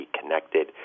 connected